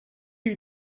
you